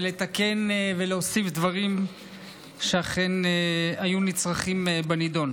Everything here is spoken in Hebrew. ולתקן ולהוסיף דברים שאכן היו נצרכים בנדון.